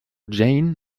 jane